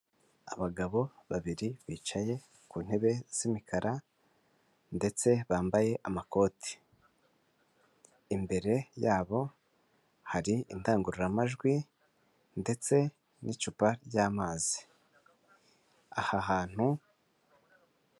Abagabo babiri bicaye ku ntebe z'imikara ndetse bambaye amakoti imbere yabo hari indangururamajwi ndetse n'icupa ry'amazi aha hantu.